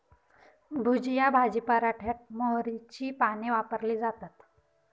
भुजिया भाजी पराठ्यात मोहरीची पाने वापरली जातात